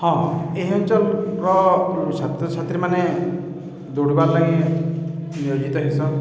ହଁ ଏହି ଅଞ୍ଚଳର ଛାତ୍ରଛାତ୍ରୀମାନେ ଦୌଡ଼ିବାର୍ ଲାଗି ନିୟୋଜିତ ହେଇସନ୍